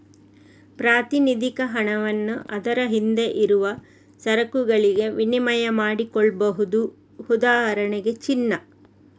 ಪ್ರಾತಿನಿಧಿಕ ಹಣವನ್ನ ಅದರ ಹಿಂದೆ ಇರುವ ಸರಕುಗಳಿಗೆ ವಿನಿಮಯ ಮಾಡಿಕೊಳ್ಬಹುದು ಉದಾಹರಣೆಗೆ ಚಿನ್ನ